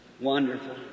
Wonderful